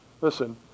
Listen